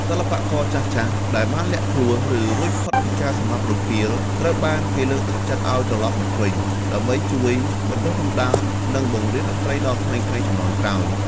សិល្បករចាស់ៗដែលបានលាក់ខ្លួន ឬរួចផុតពីការសម្លាប់រង្គាល ត្រូវបានគេលើកទឹកចិត្តឱ្យត្រលប់មកវិញ ដើម្បីជួយបណ្តុះបណ្តាល និងបង្រៀនតន្ត្រីដល់ក្មេងៗជំនាន់ក្រោយ។